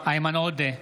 איימן עודה,